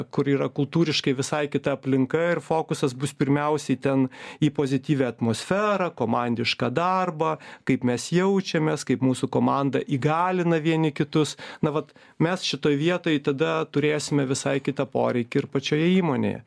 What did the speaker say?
kur yra kultūriškai visai kita aplinka ir fokusas bus pirmiausiai ten į pozityvią atmosferą komandišką darbą kaip mes jaučiamės kaip mūsų komanda įgalina vieni kitus na vat mes šitoj vietoj tada turėsime visai kitą poreikį ir pačioje įmonėje